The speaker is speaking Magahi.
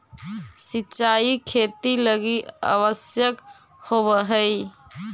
सिंचाई खेती लगी आवश्यक होवऽ हइ